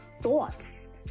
thoughts